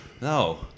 No